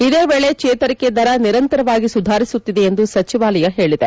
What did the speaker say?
ಇದೇ ವೇಳೆ ಚೇತರಿಕೆ ದರ ನಿರಂತರವಾಗಿ ಸುಧಾರಿಸುತ್ತಿದೆ ಎಂದು ಸಚಿವಾಲಯ ಹೇಳಿದೆ